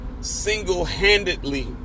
single-handedly